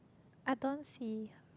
I don't see